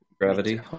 gravity